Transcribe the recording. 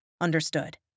Understood